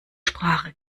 sprache